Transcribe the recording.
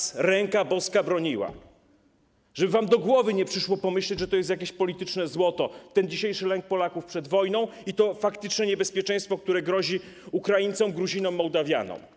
Niech was ręka boska broni, żeby wam do głowy nie przyszło pomyśleć, że to jest jakieś polityczne złoto - ten dzisiejszy lęk Polaków przed wojną i to faktyczne niebezpieczeństwo, które grozi Ukraińcom, Gruzinom, Mołdawianom.